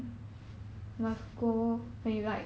mm